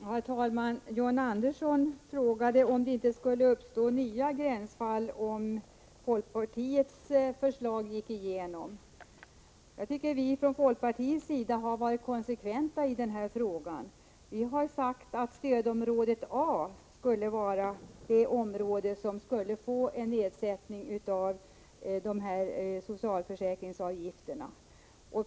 Herr talman! John Andersson frågade om det inte skulle uppstå nya gränsfall om folkpartiets förslag gick igenom. Jag tycker vi från folkpartiet har varit konsekventa i den här frågan. Vi har sagt att stödområde A är det område som skall ha en nedsättning av socialförsäkringsavgifterna.